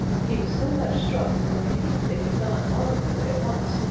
he was so much struck with her beauty, that he fell in love with her at once,